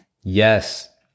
Yes